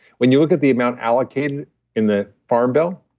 when you look at the amount allocated in the farm bill,